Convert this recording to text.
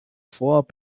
fort